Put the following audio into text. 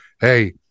Hey